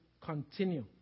continue